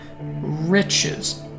riches